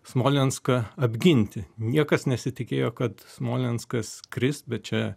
smolenską apginti niekas nesitikėjo kad smolenskas kris bet čia